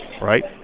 right